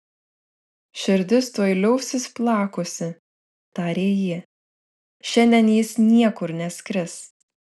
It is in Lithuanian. širdis tuoj liausis plakusi tarė ji šiandien jis niekur neskris